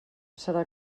serà